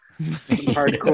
Hardcore